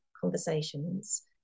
conversations